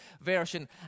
version